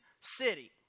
city